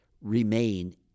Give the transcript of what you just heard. remain